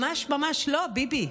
ממש ממש לא, ביבי.